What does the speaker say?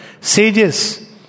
sages